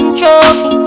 trophy